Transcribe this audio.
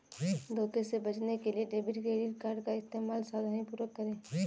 धोखे से बचने के लिए डेबिट क्रेडिट कार्ड का इस्तेमाल सावधानीपूर्वक करें